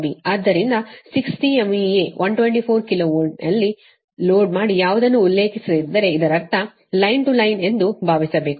ಆದ್ದರಿಂದ 60 MVA 124 KV ಯಲ್ಲಿ load ಮಾಡಿ ಯಾವುದನ್ನೂ ಉಲ್ಲೇಖಿಸದಿದ್ದರೆ ಇದರರ್ಥ ಲೈನ್ ಟು ಲೈನ್ ಎಂದು ಭಾವಿಸಬೇಕು